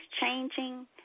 changing